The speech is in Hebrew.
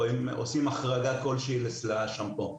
או עושים החרגה כלשהיא לשמפו?